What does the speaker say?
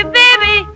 baby